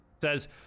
says